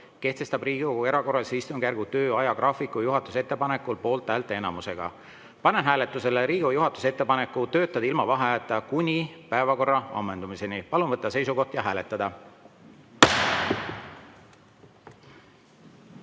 kehtestab Riigikogu erakorralise istungjärgu töö ajagraafiku juhatuse ettepanekul poolthäälteenamusega. Panen hääletusele Riigikogu juhatuse ettepaneku töötada ilma vaheajata kuni päevakorra ammendumiseni. Palun võtta seisukoht ja hääletada!